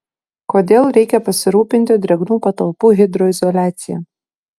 kodėl reikia pasirūpinti drėgnų patalpų hidroizoliacija